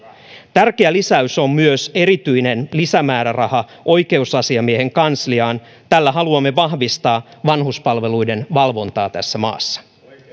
tärkeä lisäys on myös erityinen lisämääräraha oikeusasiamiehen kansliaan tällä haluamme vahvistaa vanhuspalveluiden valvontaa tässä maassa